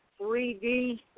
3D